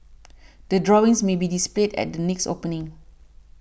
the drawings may be displayed at the next opening